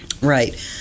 Right